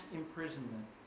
imprisonment